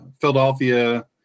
Philadelphia